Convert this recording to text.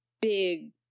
big